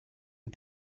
and